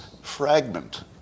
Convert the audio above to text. fragment